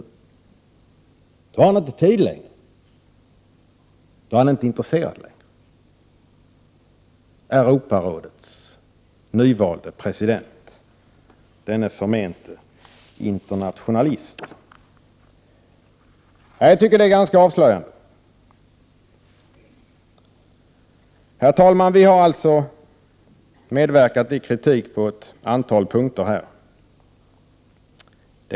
Då har han inte tid längre, då är han inte intresserad, Europarådets nyvalde president, denne förmente internationalist. Jag tycker att det är ganska avslöjande. Herr talman! Vi har alltså medverkat i kritik på ett antal punkter här.